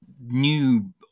new